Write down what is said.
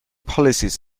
policies